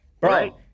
Right